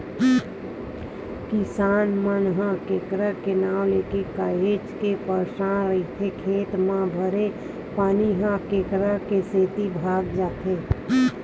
किसनहा मन ह केंकरा के नांव लेके काहेच के परसान रहिथे खेत म भरे पानी ह केंकरा के सेती भगा जाथे